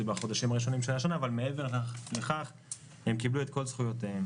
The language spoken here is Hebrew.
זה בחודשים הראשונים של השנה אבל מעבר לכך הם קיבלו את כל זכויותיהם.